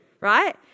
Right